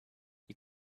you